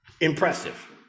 impressive